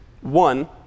One